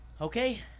Okay